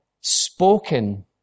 spoken